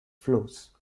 flows